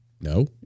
No